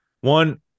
One